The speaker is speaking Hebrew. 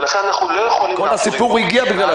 ולכן אנחנו לא יכולים --- אז אם זה כך,